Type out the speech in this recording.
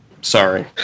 Sorry